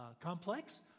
complex